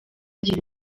ngira